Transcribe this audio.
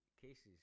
Cases